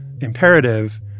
imperative